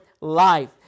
life